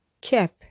Cap